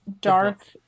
dark